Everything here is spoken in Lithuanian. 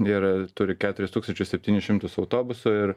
ir turi keturis tūkstančius septynis šimtus autobusų ir